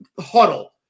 huddle